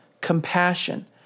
compassion